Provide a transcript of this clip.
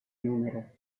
número